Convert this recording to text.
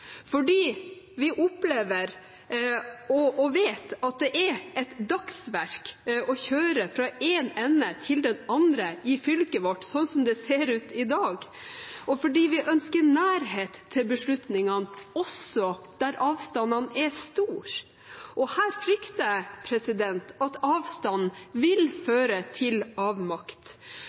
fordi vi opplever og vet at det er et dagsverk å kjøre fra den ene enden til den andre i fylket vårt sånn som det ser ut i dag, og fordi vi ønsker nærhet til beslutningene også der avstandene er store. Her frykter jeg at avstanden vil føre til avmakt,